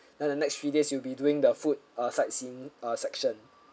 and the next three days you'll be doing the food or sightseeing or section